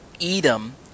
Edom